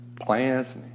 plants